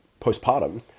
postpartum